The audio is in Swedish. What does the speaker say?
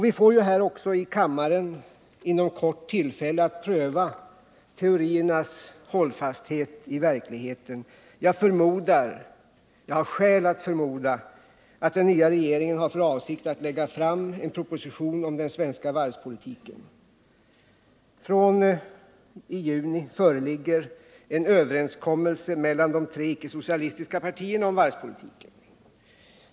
Vi får ju också här i kammaren inom kort tillfälle att pröva teoriernas hållfasthet i verkligheten. Jag har skäl att förmoda att den nya regeringen har för avsikt att lägga fram en proposition om den svenska varvspolitiken. Från i juni föreligger en överenskommelse mellan de tre icke-socialistiska partierna om varvspolitiken.